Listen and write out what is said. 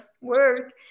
work